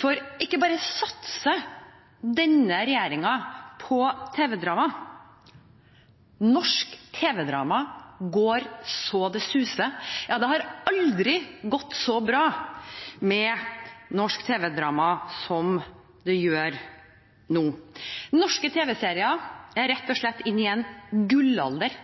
For ikke bare satser denne regjeringen på tv-drama, men norsk tv-drama går så det suser. Det har aldri gått så bra med norsk tv-drama som det gjør nå. Norske tv-serier er rett og slett inne i en gullalder.